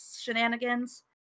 shenanigans